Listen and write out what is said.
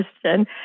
question